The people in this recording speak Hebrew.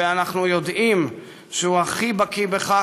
ואנחנו יודעים שהוא הכי בקי בכך,